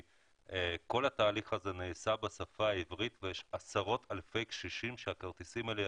כל התהליך הזה בשפה העברית ויש עשרות אלפי קשישים שהכרטיסים האלה